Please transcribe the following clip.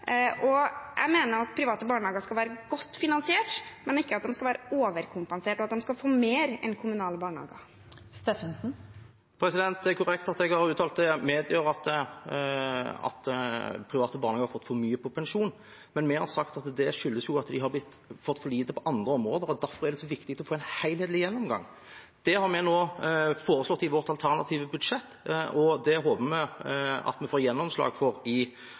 Jeg mener private barnehager skal være godt finansiert, men ikke at de skal være overkompensert og få mer enn kommunale barnehager. Det blir oppfølgingsspørsmål – først Roy Steffensen. Det er korrekt at jeg har uttalt at jeg medgir at private barnehager har fått for mye på pensjon. Men vi har sagt at det skyldes at de har fått for lite på andre områder, og derfor er det så viktig å få en helhetlig gjennomgang. Det har vi nå foreslått i vårt alternative budsjett, og det håper vi at vi får gjennomslag for i